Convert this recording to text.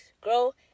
grow